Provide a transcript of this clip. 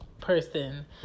person